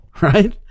Right